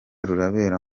rurabera